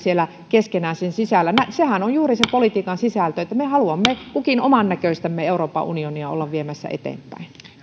keskenään sen sisällä sehän on juuri se politiikan sisältö että me haluamme kukin omannäköistämme euroopan unionia olla viemässä eteenpäin